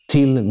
Till